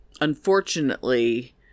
unfortunately